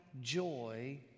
joy